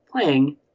playing